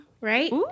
right